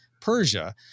Persia